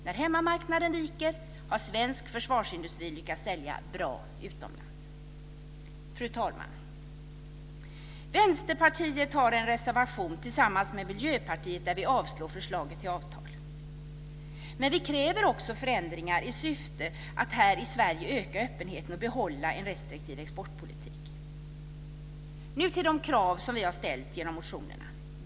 När hemmamarknaden viker har svensk försvarsindustri lyckats sälja bra utomlands, sade man. Fru talman! Vänsterpartiet har en reservation tillsammans med Miljöpartiet där vi avslår förslaget till avtal. Men vi kräver också förändringar i syfte att här i Sverige öka öppenheten och behålla en restriktiv exportpolitik. Nu övergår jag till de krav som vi har ställt genom motionerna.